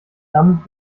damit